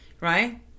right